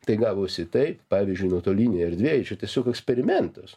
tai gavosi taip pavyzdžiui nuotolinėj erdvėj čia tiesiog eksperimentas